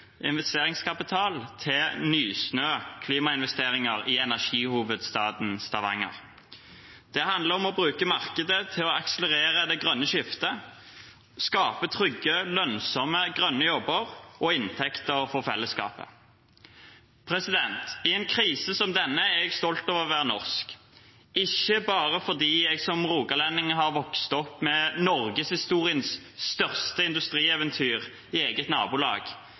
investeringskapital, til Nysnø klimainvesteringer i energihovedstaden Stavanger. Det handler om å bruke markedet til å akselerere det grønne skiftet, skape trygge lønnsomme grønne jobber og inntekter for fellesskapet. I en krise som denne er jeg stolt over å være norsk, ikke bare fordi jeg som rogalending har vokst opp med norgeshistoriens største industrieventyr i eget nabolag